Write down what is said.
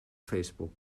facebook